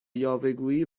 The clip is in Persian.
یاوهگویی